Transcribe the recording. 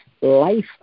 life